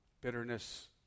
Bitterness